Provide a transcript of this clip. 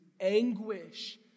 anguish